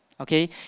okay